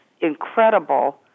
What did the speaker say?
incredible